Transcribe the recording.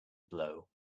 blow